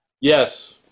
Yes